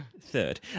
Third